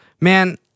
Man